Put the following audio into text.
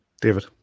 david